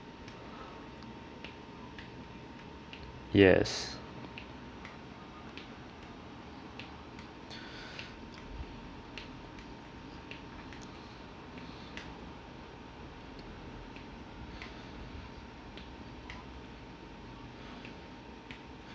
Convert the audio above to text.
yes